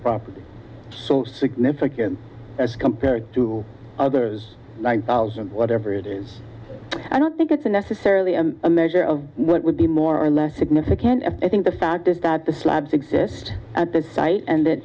property so significant as compared to others one thousand whatever it is i don't think it's necessarily a measure of what would be more or less significant i think the fact is that the slabs exist at the site and